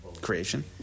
creation